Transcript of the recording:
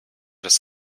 das